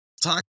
talk